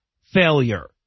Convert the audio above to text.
failure